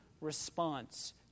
response